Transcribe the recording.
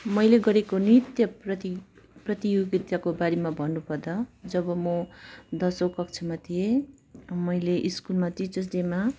मैले गरेको नृत्य प्रति प्रतियोगिताको बारेमा भन्नु पर्दा जब म दसौँ कक्षामा थिएँ मैले स्कुलमा टिचर्स डेमा